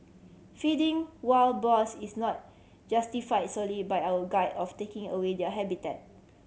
feeding wild boars is not justify solely by our of taking away their habitat